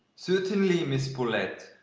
certainly, miss bolette,